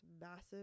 massive